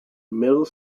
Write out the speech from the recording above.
middle